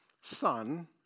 son